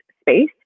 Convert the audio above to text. space